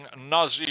Nazi